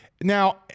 Now